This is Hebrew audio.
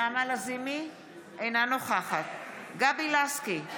אינו נוכחת גבי לסקי,